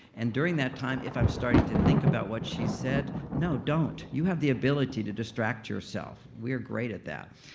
and during that time, if i'm starting to think about what she said, no, don't. you have the ability to distract yourself. we're great at that.